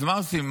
אז מה עושים?